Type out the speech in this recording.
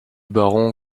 baron